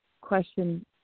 question